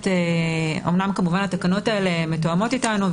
אומנם כמובן התקנות האלה מתואמות איתנו,